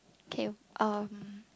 k um